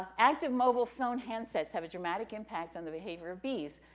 active mobile phone handsets have a dramatic impact on the behavior of bees.